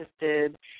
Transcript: interested